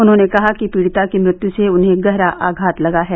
उन्होंने कहा कि पीड़िता की मृत्यु से उन्हें गहरा आघात लगा है